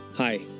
Hi